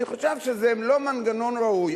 אני חושב שזה לא מנגנון ראוי.